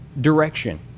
direction